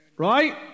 Right